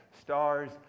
stars